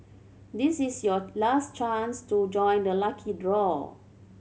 this is your last chance to join the lucky draw